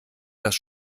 das